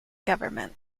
government